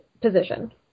position